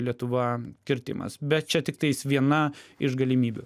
lietuva kirtimas bet čia tiktais viena iš galimybių